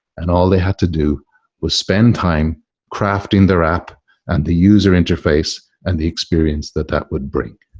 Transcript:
and all they had to do was spend time crafting their app and the user interface and the experience that that would bring.